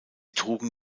trugen